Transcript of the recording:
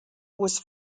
was